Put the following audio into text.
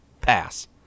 pass